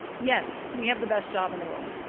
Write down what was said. yes, we have the best job in the world,